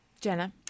Jenna